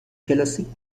کلاسیک